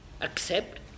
accept